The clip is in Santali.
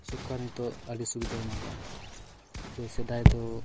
ᱥᱚᱨᱠᱟᱨ ᱱᱤᱛᱚᱜ ᱟᱹᱰᱤ ᱥᱩᱵᱤᱫᱷᱟᱭ ᱮᱢ ᱠᱟᱜᱼᱟ ᱥᱮᱫᱟᱭ ᱫᱚ